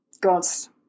God's